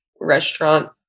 restaurant